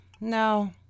No